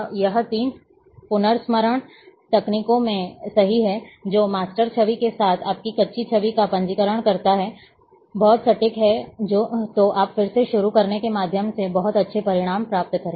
यह तीनों पुनर्स्मरण तकनीकों में सही है जो मास्टर छवि के साथ आपकी कच्ची छवि का पंजीकरण है यदि यह बहुत सटीक है तो आप फिर से शुरू करने के माध्यम से बहुत अच्छे परिणाम प्राप्त करेंगे